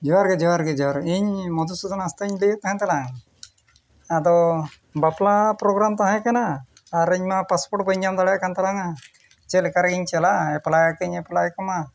ᱡᱚᱦᱟᱨ ᱜᱮ ᱡᱚᱦᱟᱨ ᱜᱮ ᱡᱚᱦᱟᱨ ᱜᱮ ᱤᱧ ᱢᱚᱫᱷᱩᱥᱩᱫᱚᱱ ᱦᱟᱸᱥᱫᱟᱧ ᱞᱟᱹᱭᱮᱫ ᱛᱟᱦᱮᱸᱫ ᱠᱟᱱᱟ ᱟᱫᱚ ᱵᱟᱯᱞᱟ ᱛᱟᱦᱮᱸ ᱠᱟᱱᱟ ᱟᱨ ᱤᱧ ᱢᱟ ᱵᱟᱹᱧ ᱧᱟᱢ ᱫᱟᱲᱮᱭᱟᱜ ᱠᱟᱱ ᱛᱟᱞᱟᱝᱟ ᱪᱮᱫ ᱞᱮᱠᱟᱨᱮ ᱤᱧ ᱪᱟᱞᱟᱜᱼᱟ ᱛᱮᱫᱤᱧ ᱮᱯᱞᱟᱭ ᱠᱟᱱᱟ